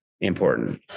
important